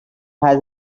has